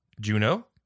Juno